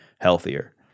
healthier